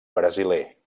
brasiler